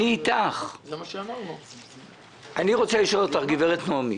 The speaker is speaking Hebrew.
נעמי,